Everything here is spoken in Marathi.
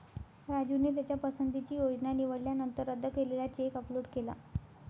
राजूने त्याच्या पसंतीची योजना निवडल्यानंतर रद्द केलेला चेक अपलोड केला